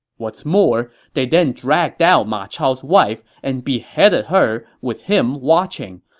what's more, they then dragged out ma chao's wife and beheaded her with him watching,